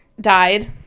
died